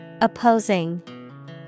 Opposing